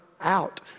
out